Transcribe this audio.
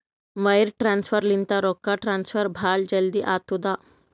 wire transfer ಲಿಂತ ರೊಕ್ಕಾ transfer ಭಾಳ್ ಜಲ್ದಿ ಆತ್ತುದ